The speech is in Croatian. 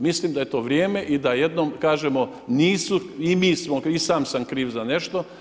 Mislim da je to vrijeme i da jednom kažemo, nismo i mi smo, i sam sam kriv za nešto.